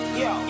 yo